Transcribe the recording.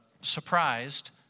surprised